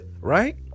Right